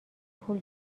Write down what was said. پول